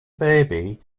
baby